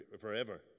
forever